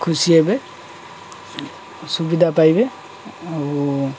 ଖୁସି ହେବେ ସୁବିଧା ପାଇବେ ଆଉ